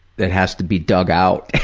it has to be dug out,